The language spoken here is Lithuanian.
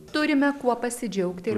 turime kuo pasidžiaugti ir